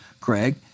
Craig